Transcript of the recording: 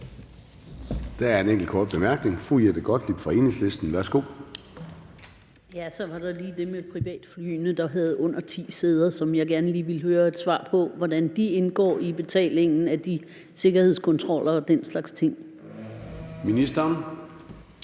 Der er en enkelt kort bemærkning fra fru Jette Gottlieb, Enhedslisten. Værsgo. Kl. 14:26 Jette Gottlieb (EL): Der var lige det med privatflyene, der havde under ti sæder, som jeg gerne vil høre et svar på, altså med hensyn til hvordan de indgår i betalingen af de sikkerhedskontroller og den slags ting. Kl.